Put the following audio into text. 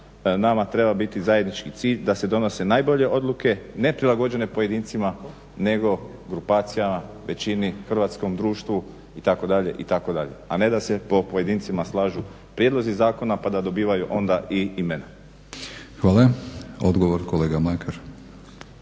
nama treba biti zajednički cilj da se donose najbolje odluke, ne prilagođene pojedincima nego grupacijama, većini, hrvatskom društvu, itd., itd., a ne da se po pojedincima slažu prijedlozi zakona pa da dobivaju onda i imena. **Batinić, Milorad